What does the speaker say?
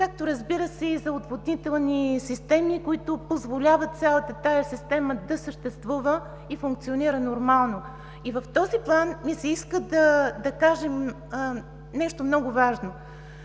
както, разбира се, и за отводнителни системи, които позволяват цялата тази система да съществува и функционира нормално. И в този план ми се иска да кажем нещо много важно.